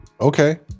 Okay